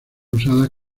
usadas